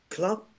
Club